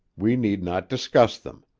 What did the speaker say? we need not discuss them.